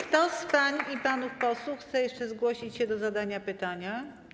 Kto z pań i panów posłów chce jeszcze zgłosić się do zadania pytania?